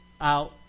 out